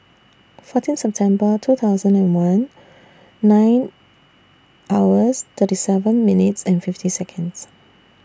fourteen September two thousand and one nine hours thirty seven minutes and fifty Seconds